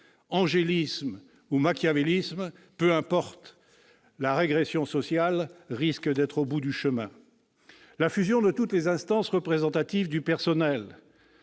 Angélisme ou machiavélisme, peu importe : la régression sociale risque d'être au bout du chemin. La fusion de toutes les instances représentatives du personnel